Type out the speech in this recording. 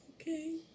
okay